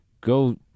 Go